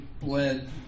bled